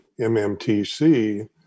MMTC